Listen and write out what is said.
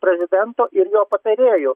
prezidento ir jo patarėjų